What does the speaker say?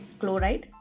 chloride